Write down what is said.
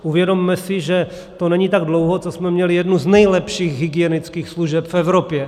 Uvědomme si, že to není tak dlouho, co jsme měli jednu z nejlepších hygienických služeb v Evropě.